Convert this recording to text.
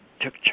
took